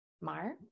mark